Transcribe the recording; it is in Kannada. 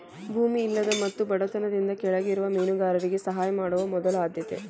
ಭೂಮಿ ಇಲ್ಲದ ಮತ್ತು ಬಡತನದಿಂದ ಕೆಳಗಿರುವ ಮೇನುಗಾರರಿಗೆ ಸಹಾಯ ಮಾಡುದ ಮೊದಲ ಆದ್ಯತೆ